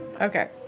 Okay